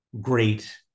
great